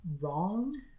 wrong